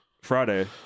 Friday